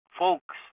folks